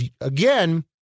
again